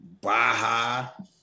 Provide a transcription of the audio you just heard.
Baja